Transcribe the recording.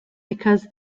because